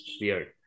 weird